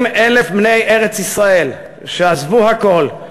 40,000 בני ארץ-ישראל שעזבו הכול,